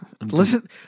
Listen